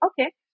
Okay